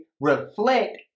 reflect